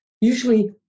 usually